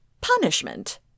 Punishment